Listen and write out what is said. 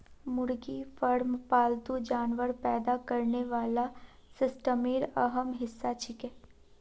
मुर्गी फार्म पालतू जानवर पैदा करने वाला सिस्टमेर अहम हिस्सा छिके